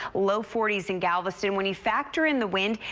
low forty s in galveston. when you factor in the wind,